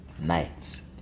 nights